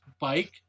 bike